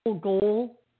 goal